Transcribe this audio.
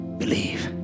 believe